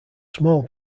small